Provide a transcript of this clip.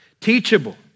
teachable